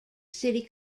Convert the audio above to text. city